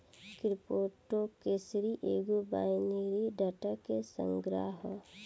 crypto currency एगो binary data के संग्रह ह